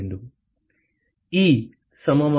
மாணவர் ஈ சமமா